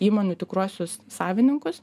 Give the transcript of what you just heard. įmonių tikruosius savininkus